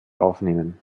aufnehmen